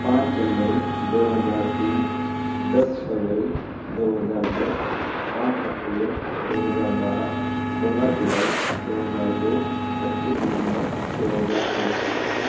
پانچ جنوری دو ہزار تین دس فروری دو ہزار دس پانچ اکٹوبر دو ہزار بارہ سولہ جولائی دو ہزار دو پچیس دسمبر دو ہزار ایک